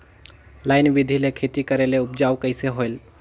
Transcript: Line बिधी ले खेती करेले उपजाऊ कइसे होयल?